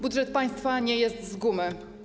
Budżet państwa nie jest z gumy.